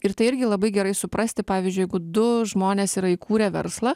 ir tai irgi labai gerai suprasti pavyzdžiui jeigu du žmonės yra įkūrę verslą